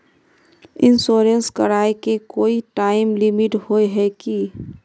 Insurance कराए के कोई टाइम लिमिट होय है की?